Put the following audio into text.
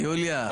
יוליה,